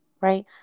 Right